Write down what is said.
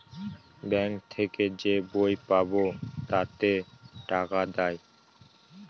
bank থেকে যে বই পাবো তাতে টাকা দেয়